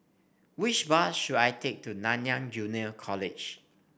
which bus should I take to Nanyang Junior College